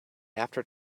after